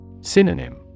Synonym